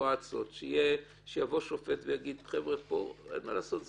סיטואציות שיבוא שוטר ויגיד שפה אין מה לעשות,